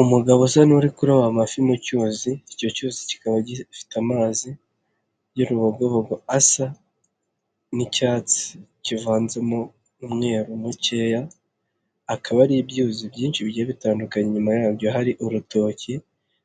Umugabo usa n'uri kuroba amafi mu cyuzi, icyo cyuzi kikaba gifite amazi y'urubogobogo asa n'icyatsi kivanzemo umweru mukeya, akaba ari ibyuzi byinshi bigiye bitandukanye inyuma yabyo hari urutoki